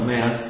Man